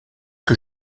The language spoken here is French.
que